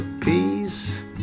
peace